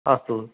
अस्तु